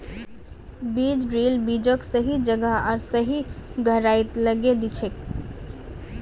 बीज ड्रिल बीजक सही जगह आर सही गहराईत लगैं दिछेक